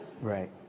Right